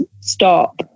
stop